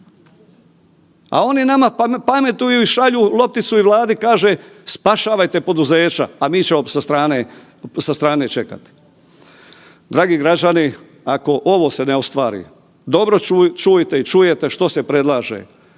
a oni nama pametuju i šalju lopticu i Vladi, kaže spašavajte poduzeća, a mi ćemo sa strane, sa strane čekati. Dragi građani, ako ovo se ne ostvari, dobro čujte i čujete što se predlaže